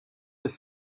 his